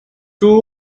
two